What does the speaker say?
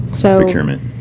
Procurement